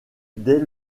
dès